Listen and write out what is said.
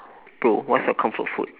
bro what's your comfort food